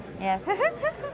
Yes